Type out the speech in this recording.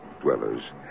dwellers